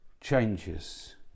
changes